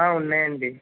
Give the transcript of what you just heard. ఉన్నాయండి